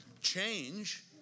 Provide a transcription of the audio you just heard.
Change